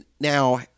Now